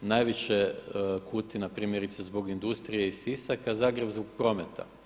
Najviše Kutina primjerice zbog industrije i Sisak, a Zagreb zbog prometa.